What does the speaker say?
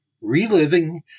Reliving